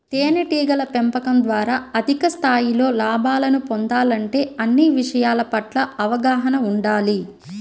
తేనెటీగల పెంపకం ద్వారా అధిక స్థాయిలో లాభాలను పొందాలంటే అన్ని విషయాల పట్ల అవగాహన ఉండాలి